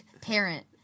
parent